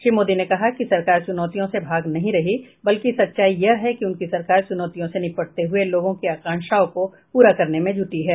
श्री मोदी ने कहा कि सरकार चुनौतियों से नहीं भाग रही बल्कि सच्चाई यह है कि उनकी सरकार चुनौतियों से निपटते हुए लोगों की आकांक्षाओं को पूरा करने में जुटी है